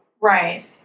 Right